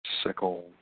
sickle